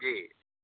जी